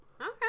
Okay